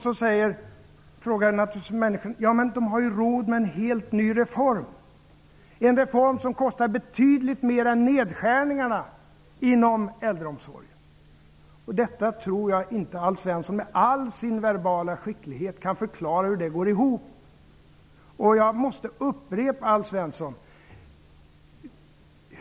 Då säger människor till sig själva: ''Men de har ju råd med en helt ny reform.'' Detta är en reform som kostar betydligt mer än nedskärningarna inom äldreomsorgen. Jag tror inte att Alf Svensson med all sin verbala skicklighet kan förklara hur det går ihop. Jag måste upprepa min fråga, Alf Svensson.